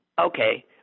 Okay